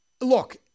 look